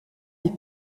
des